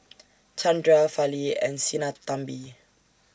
Chandra Fali and Sinnathamby